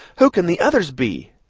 who can the others be?